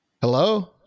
Hello